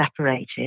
separated